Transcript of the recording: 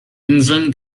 inseln